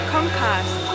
Comcast